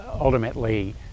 ultimately